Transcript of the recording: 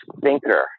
thinker